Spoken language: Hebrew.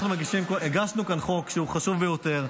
אנחנו הגשנו כאן חוק שהוא חשוב ביותר,